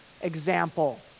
example